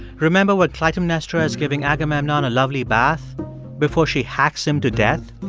remember when clytemnestra is giving agamemnon a lovely bath before she hacks him to death?